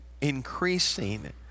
increasing